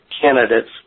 candidates